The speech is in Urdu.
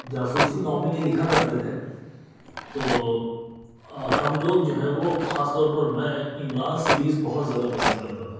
جاسوسی ناول یہ لکھا کرتے تھے تو ہم لوگ جو ہے وہ خاص طور پر میں عمران سیریز بہت زیادو پسند کرتا تھا